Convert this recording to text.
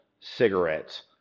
cigarettes